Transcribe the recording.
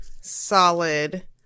solid